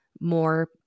more